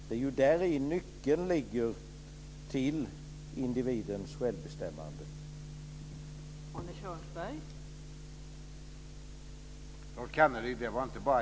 Det är där nyckeln till individens självbestämmande ligger.